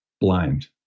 blind